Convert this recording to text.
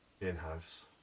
in-house